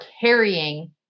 carrying